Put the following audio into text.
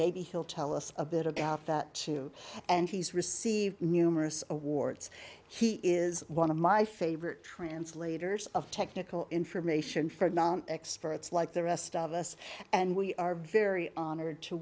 maybe he'll tell us a bit about that too and he's received numerous awards he is one of my favorite translators of technical information for experts like the rest of us and we are very honored to